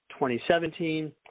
2017